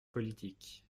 politique